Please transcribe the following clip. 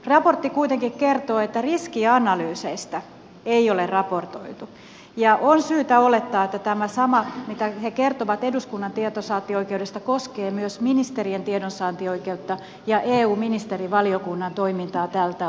raportti kuitenkin kertoo että riskianalyyseistä ei ole raportoitu ja on syytä olettaa että tämä sama mitä he kertovat eduskunnan tiedonsaantioikeudesta koskee myös ministerien tiedonsaantioikeutta ja eu ministerivaliokunnan toimintaa tältä osin